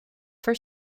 for